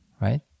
right